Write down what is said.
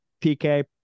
PK